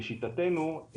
לשיטתנו,